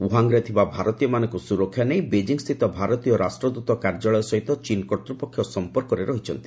ଉହାଙ୍ଗ୍ରେ ଥିବା ଭାରତୀୟମାନଙ୍କ ସୁରକ୍ଷା ନେଇ ବେଜିଂସ୍ଥିତ ଭାରତୀୟ ରାଷ୍ଟ୍ରଦୂତ କାର୍ଯ୍ୟାଳୟ ସହିତ ଚୀନ୍ କର୍ତ୍ତ୍ୱପକ୍ଷ ସମ୍ପର୍କରେ ରହିଛନ୍ତି